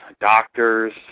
doctors